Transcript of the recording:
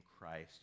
Christ